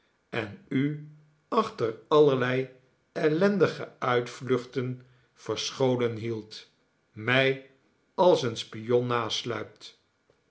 en u achter allerlei ellendige uitvluchten verscholen hieldt mij als een spion nasluipt